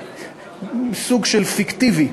סוג של משהו פיקטיבי.